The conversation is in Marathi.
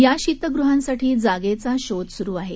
या शितगृहांसाठी जागेचा शोध सुरु आहे